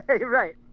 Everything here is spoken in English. Right